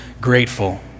grateful